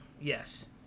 yes